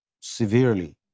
severely